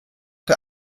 der